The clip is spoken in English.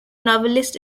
novelist